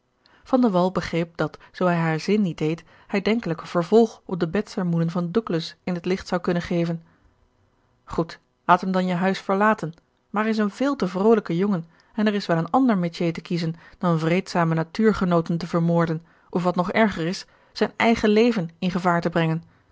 ongeluksvogel zoo hij haren zin niet deed hij denkelijk een vervolg op de bedsermoenen van douglas in het licht zou kunnen geven goed laat hem dan je huis verlaten maar hij is een veel te vrolijke jongen en er is wel een ander métier te kiezen dan vreedzame natuurgenooten te vermoorden of wat nog erger is zijn eigen leven in gevaar te brengen